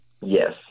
yes